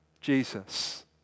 Jesus